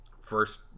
first